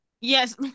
Yes